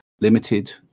limited